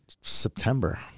September